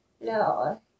No